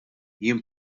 jiena